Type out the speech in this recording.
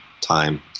time